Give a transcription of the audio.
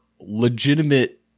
legitimate